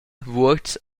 vuorz